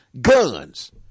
guns